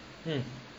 mm